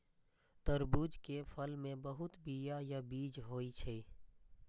तरबूज के फल मे बहुत बीया या बीज होइ छै